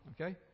Okay